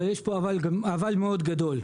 אבל יש פה אבל מאוד גדול.